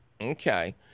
Okay